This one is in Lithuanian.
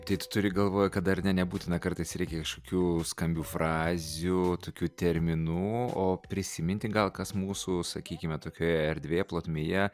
tai turi galvoje kad dar ne nebūtina kartais reikia kažkokių skambių frazių tokių terminų o prisiminti gal kas mūsų sakykime tokioje erdvėje plotmėje